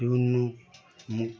বিভিন্ন